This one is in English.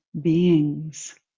beings